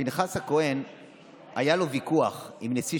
לפינחס הכוהן היה ויכוח עם נשיא